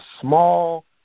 small